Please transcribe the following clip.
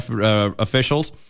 officials